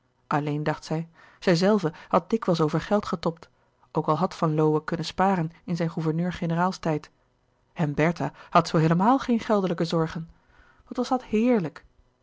alleen dacht zij zij zelve had dikwijls over geld getobd ook al had van lowe kunnen sparen in zijn gouverneur generaalstijd en bertha had zoo heelemaal geen geldelijke zorgen wat was dat heerlijk